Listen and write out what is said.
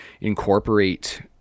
incorporate